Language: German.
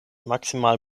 maximal